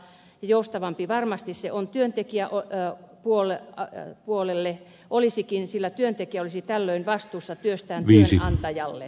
joustavampi varmasti se on työntekijä hoitaa vuolle ja työntekijäpuolelle olisikin sillä työntekijä olisi tällöin vastuussa työstään työnantajalle